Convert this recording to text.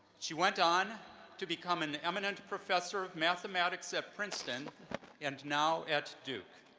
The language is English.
she went on to become an eminent professor of mathematics at princeton and now at duke.